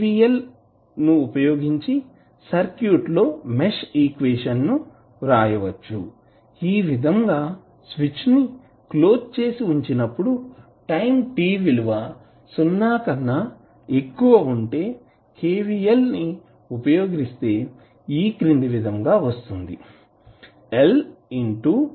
KVL వుపయోగించి circuit లో mesh equation ని రాయచ్చు ఈ విధంగా స్విచ్ ని క్లోజ్ చేసి ఉంచినపుడు టైం t విలువ సున్నా కన్నా ఎక్కువ ఉంటే KVL ని ఉపయోగిస్తే ఈ క్రింది విధంగా వస్తుంది